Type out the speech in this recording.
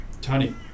Tony